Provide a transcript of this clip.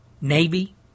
Navy